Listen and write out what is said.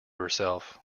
herself